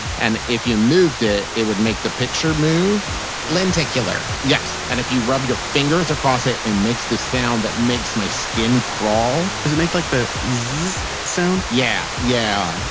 and, if you moved it, it would make the picture move lenticular yes. and, if you rub your fingers across it, it makes this sound that makes my skin crawl does it make like the zzz sound? yeah. yeah.